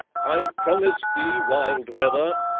i promised thee wild weather!